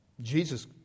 Jesus